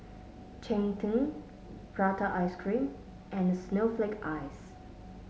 Cheng Tng Prata Ice Cream and Snowflake Ice